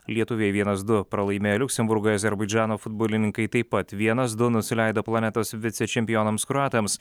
lietuviai vienas du pralaimėjo liuksemburgui azerbaidžano futbolininkai taip pat vienas du nusileido planetos vicečempionams kroatams